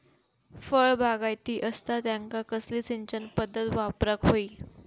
फळबागायती असता त्यांका कसली सिंचन पदधत वापराक होई?